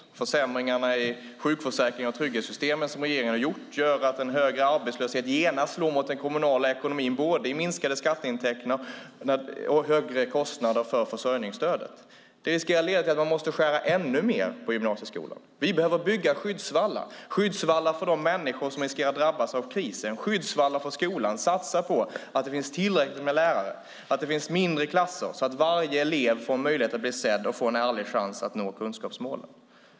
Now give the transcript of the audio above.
De försämringar i sjukförsäkringen och trygghetssystemen som regeringen har gjort gör att en högre arbetslöshet genast slår mot den kommunala ekonomin genom både minskade skatteintäkter och högre kostnader för försörjningsstödet. Det riskerar att leda till att man måste skära ännu mer på gymnasieskolan. Vi behöver bygga skyddsvallar - skyddsvallar för de människor som riskerar att drabbas av krisen och skyddsvallar för skolan. Vi behöver satsa på att det finns tillräckligt med lärare och mindre klasser så att varje elev får en möjlighet att bli sedd och en ärlig chans att nå kunskapsmålen.